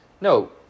No